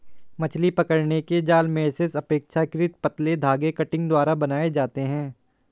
मछली पकड़ने के जाल मेशेस अपेक्षाकृत पतले धागे कंटिंग द्वारा बनाये जाते है